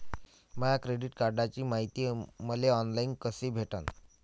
माया credit कार्डची मायती मले ऑनलाईन कसी भेटन?